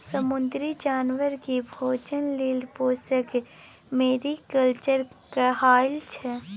समुद्री जानबर केँ भोजन लेल पोसब मेरीकल्चर कहाइ छै